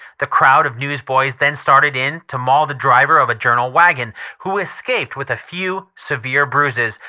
the crowd of newsboys then started in to maul the driver of a journal wagon, who escaped with a few severe bruises,